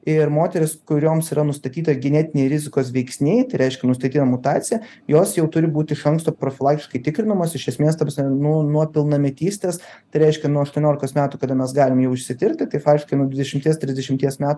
ir moterys kurioms yra nustatyta genetiniai rizikos veiksniai tai reiškia nustatyta yra mutacija jos jau turi būt iš anksto profilaktiškai tikrinamos iš esmės ta prasme nuo nuo pilnametystės tai reiškia nuo aštuoniolikos metų kada mes galim jau išsitirti tai faktiškai nuo dvidešimties trisdešimties metų